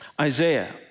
Isaiah